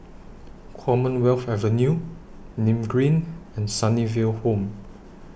Commonwealth Avenue Nim Green and Sunnyville Home